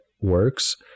works